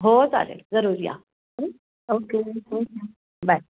हो चालेल जरूर या ओके बाय